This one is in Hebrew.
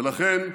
ולכן,